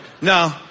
No